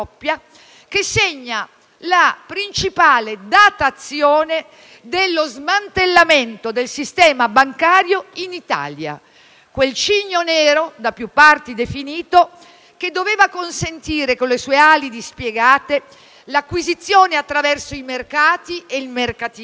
che segna la principale datazione dello smantellamento del sistema bancario in Italia, quel cigno nero da più parti definito che doveva consentire, con le sue ali dispiegate, l'acquisizione attraverso i mercati e il mercatismo